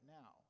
now